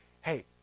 hey